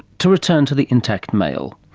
to return to the intact male.